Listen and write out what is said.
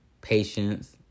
patience